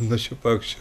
nuo šių paukščių